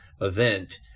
event